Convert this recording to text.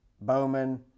Bowman